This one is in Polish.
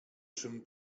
czym